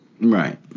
Right